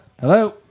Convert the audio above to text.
Hello